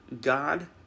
God